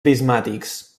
prismàtics